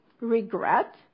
regret